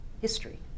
history